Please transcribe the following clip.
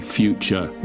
future